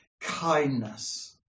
kindness